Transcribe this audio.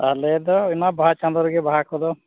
ᱟᱞᱮᱫᱚ ᱚᱱᱟ ᱵᱟᱦᱟ ᱪᱟᱸᱫᱳ ᱨᱮᱜᱮ ᱵᱟᱦᱟ ᱠᱚᱫᱚ